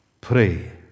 pray